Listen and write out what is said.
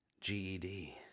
GED